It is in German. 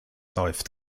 läuft